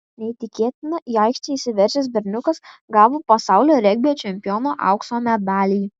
neįtikėtina į aikštę įsiveržęs berniukas gavo pasaulio regbio čempiono aukso medalį